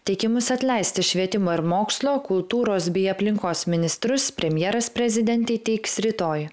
teikimus atleisti švietimo ir mokslo kultūros bei aplinkos ministrus premjeras prezidentei teiks rytoj